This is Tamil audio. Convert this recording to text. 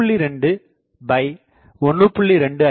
2 1